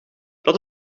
dat